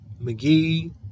McGee